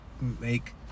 make